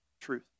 truth